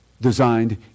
designed